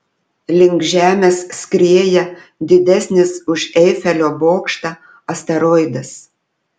link žemės skrieja didesnis už eifelio bokštą asteroidas